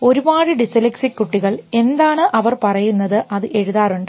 ഒരുപാട് ഡിസ്ലെക്സിക് കുട്ടികൾ എന്താണ് അവർ പറയുന്നത് അത് എഴുതാറുണ്ട്